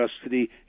custody